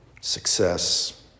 success